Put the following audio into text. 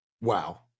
wow